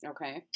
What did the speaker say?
Okay